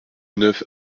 neuf